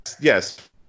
yes